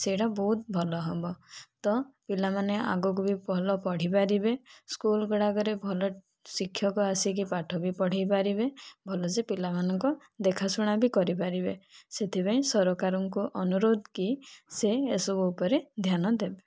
ସେଇଟା ବହୁତ ଭଲ ହେବ ତ ପିଲାମାନେ ଆଗକୁ ବି ଭଲ ପଢ଼ିପାରିବେ ସ୍କୁଲଗୁଡ଼ାକରେ ଭଲ ଶିକ୍ଷକ ଆସିକି ପାଠ ବି ପଢ଼ାଇପାରିବେ ଭଲସେ ପିଲାମାନଙ୍କୁ ଦେଖା ଶୁଣା ବି କରିପାରିବେ ସେଥିପାଇଁ ସରକାରଙ୍କୁ ଅନୁରୋଧ କି ସେ ଏସବୁ ଉପରେ ଧ୍ୟାନ ଦେବେ